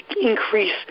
increase